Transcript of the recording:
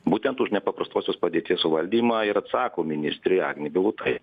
būtent už nepaprastosios padėties suvaldymą ir atsako ministrė agnė bilotai